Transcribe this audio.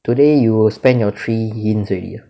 today you spend your three hints already ah